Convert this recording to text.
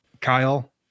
Kyle